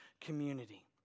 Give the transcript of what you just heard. community